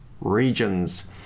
regions